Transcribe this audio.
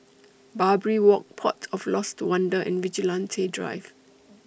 Barbary Walk Port of Lost Wonder and Vigilante Drive